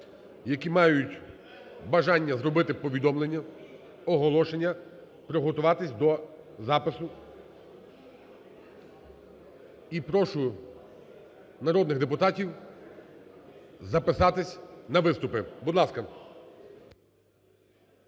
які мають бажання зробити повідомлення, оголошення, приготуватись до запису, і прошу народних депутатів записатись на виступи. Будь ласка.